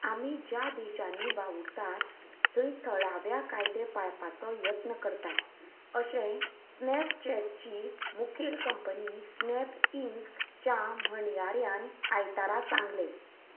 आमी ज्या देशांनी वावुरतात थंय थळाव्या कायदे पाळपाचो यत्न करतात अशें स्नॅपचॅटची मुखेल कंपनी स्नॅप इंक च्या म्हणयाऱ्यान आयतारा सांगलें